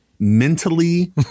mentally